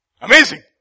Amazing